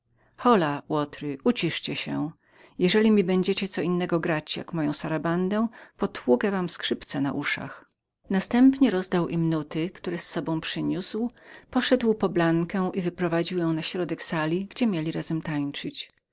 łotry uciszcie się jeżeli mi będziecie co innego grać jak moją sarabandę potłukę wam skrzypce na uszach następnie porozdawał nuty które z sobą był przywiózł poszedł po blankę i wyprowadził ją na środek sali gdzie mieli razem tańcować